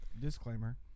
disclaimer